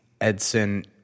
Edson